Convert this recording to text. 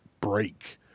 break